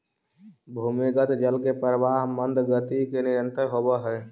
भूमिगत जल के प्रवाह मन्द गति से निरन्तर होवऽ हई